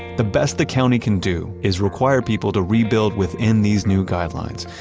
the best the county can do is require people to rebuild within these new guidelines,